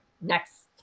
next